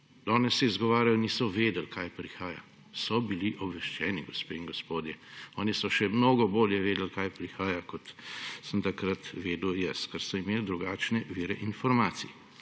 Danes se izgovarjajo, da niso vedeli, kaj prihaja. So bili obveščeni, gospe in gospodje! Oni so še mnogo bolje vedeli, kaj prihaja, kot sem takrat vedel jaz, ker so imeli drugačne vire informacij.